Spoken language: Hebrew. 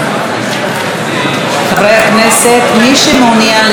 חברי הכנסת, מי שמעוניין לשוחח, לדבר,